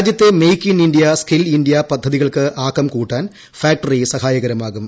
രാജ്യത്തെ make in India skill India പദ്ധതികൾക്ക് ആക്കം കൂട്ടാൻ ഫാക്ടറി സഹായകരമാകും